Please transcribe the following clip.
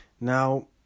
Now